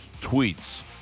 tweets